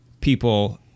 people